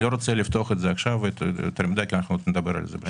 אני לא רוצה לפתוח את זה עכשיו יותר מדי כי אנחנו עוד נדבר על זה.